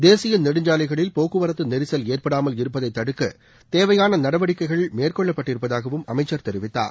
தேசிய நெடுஞ்சாலைகளில் போக்குவரத்து நெரிசல் ஏற்படாமல் இருப்பதை தடுக்க தேவையான நடவடிக்கைகள் மேற்கொள்ளப்பட்டிருப்பதாகவும் அமைச்சர் தெரிவித்தார்